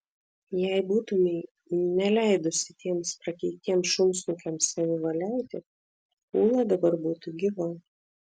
jei būtumei neleidusi tiems prakeiktiems šunsnukiams savivaliauti ūla dabar būtų gyva